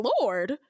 Lord